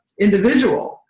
individual